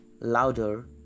louder